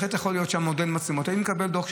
בהחלט יכול להיות שהייתי מקבל דוח.